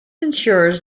ensures